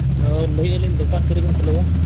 ᱦᱳᱭ ᱞᱟᱹᱭᱮᱫᱼᱟᱹᱞᱤᱧ ᱫᱚᱠᱟᱱ ᱛᱤ ᱨᱮᱵᱮᱱ ᱠᱷᱩᱞᱟᱹᱣᱟ